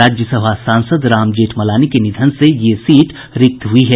राज्यसभा सांसद राम जेठमलानी के निधन से ये सीट रिक्त हुई है